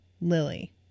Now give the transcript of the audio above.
Lily